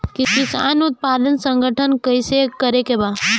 किसान उत्पादक संगठन गठन कैसे करके बा?